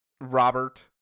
Robert